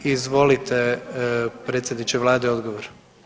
Izvolite predsjedniče Vlade odgovor.